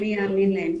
ומי יאמין להם.